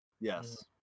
yes